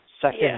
second